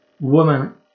woman